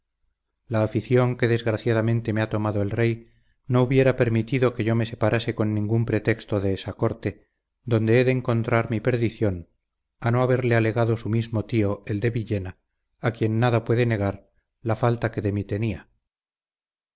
la afición que desgraciadamente me ha tomado el rey no hubiera permitido que yo me separase con ningún pretexto de esa corte donde he de encontrar mi perdición a no haberle alegado su mismo tío el de villena a quien nada puede negar la falta que de mí tenía